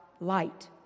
light